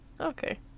Okay